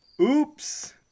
Oops